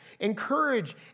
Encourage